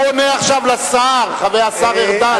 הוא עונה עכשיו לשר, השר ארדן.